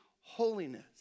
holiness